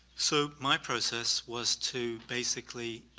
so my process was to basically,